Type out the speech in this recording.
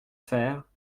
faire